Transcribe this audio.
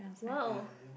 !woah!